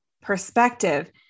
perspective